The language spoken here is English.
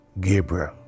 Gabriel